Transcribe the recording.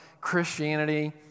Christianity